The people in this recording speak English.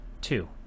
Two